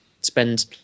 spend